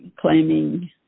claiming